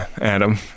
adam